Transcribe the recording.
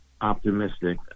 optimistic